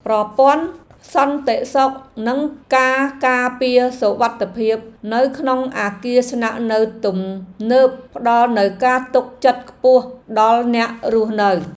ប្រព័ន្ធសន្តិសុខនិងការការពារសុវត្ថិភាពនៅក្នុងអគារស្នាក់នៅទំនើបផ្ដល់នូវការទុកចិត្តខ្ពស់ដល់អ្នករស់នៅ។